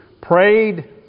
prayed